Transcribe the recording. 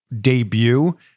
debut